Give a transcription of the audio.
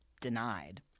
denied